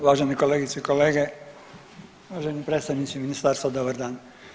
Uvaženi kolegice i kolege, uvaženi predstavniče ministarstva dobar dan.